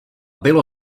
bylo